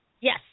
Yes